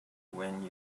when